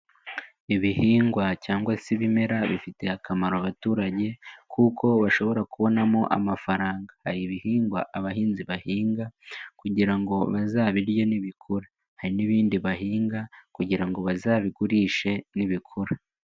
Ibihingwa cyangwa se ibimera bifitiye akamaro abaturage, kuko bashobora kubonamo amafaranga hari ibihingwa abahinzi bahinga kugira ngo bazabirye nibikora hari n'ibindi bahinga kugira ngo bazabigurishe nibikura.